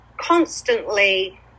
constantly